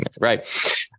right